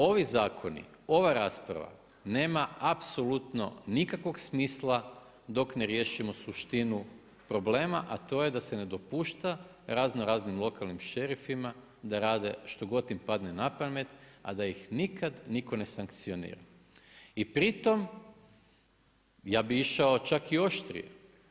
Ovi zakoni, ova rasprava nema apsolutno nikakvog smisla dok ne riješimo suštinu problema, a to je da se ne dopušta razno raznim lokalnim šerifima da rade što god im padne na pamet, a da ih nikad nitko ne sankcionira i pritom ja bih išao čak i oštrije.